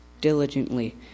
diligently